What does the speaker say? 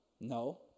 No